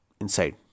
inside